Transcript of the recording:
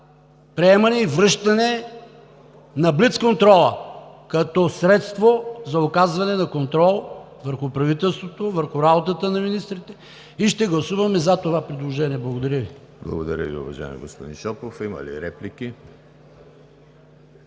приемане и връщане на блицконтрола като средство за оказване на контрол върху правителството, върху работата на министрите и ще гласуваме за това предложение. Благодаря Ви. ПРЕДСЕДАТЕЛ ЕМИЛ ХРИСТОВ: Благодаря Ви, уважаеми господин Шопов. Има ли реплики?